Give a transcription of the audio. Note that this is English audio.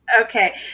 Okay